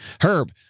Herb